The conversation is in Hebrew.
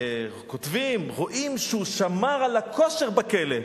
כותבים: רואים שהוא שמר על הכושר בכלא.